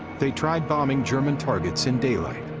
they tried bombing german targets in daylight,